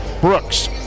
Brooks